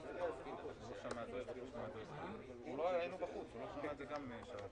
אני חושב שלפחות במסגרת הזו אנחנו חייבים לבטל את זה.